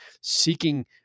seeking